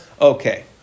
Okay